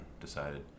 decided